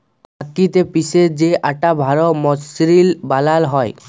চাক্কিতে পিসে যে আটা ভাল মসৃল বালাল হ্যয়